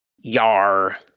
Yar